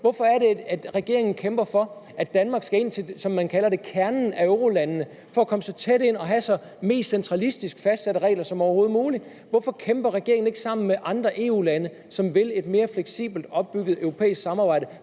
Hvorfor er det, at regeringen kæmper for, at Danmark skal ind til, som man kalder det, kernen af eurolandene for at komme så tæt på at have så meget centralistisk fastsatte regler som overhovedet muligt? Hvorfor kæmper regeringen ikke sammen med andre EU-lande, som vil et mere fleksibelt opbygget europæisk samarbejde,